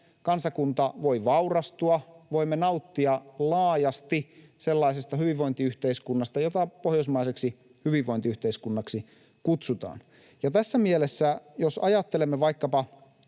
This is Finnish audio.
kansakunta voi vaurastua, voimme nauttia laajasti sellaisesta hyvinvointiyhteiskunnasta, jota pohjoismaiseksi hyvinvointiyhteiskunnaksi kutsutaan. Ja tässä mielessä, jos ajattelemme vaikkapa